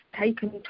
taken